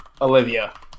Olivia